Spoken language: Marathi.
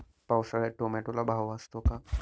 पावसाळ्यात टोमॅटोला भाव असतो का?